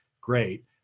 Great